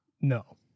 No